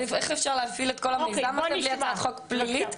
איך אפשר להפעיל את כל המיזם הזה בלי הצעת חוק פלילי?